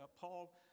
Paul